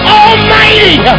almighty